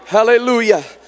Hallelujah